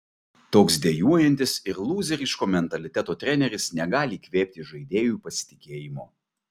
toks dejuojantis ir lūzeriško mentaliteto treneris negali įkvėpti žaidėjui pasitikėjimo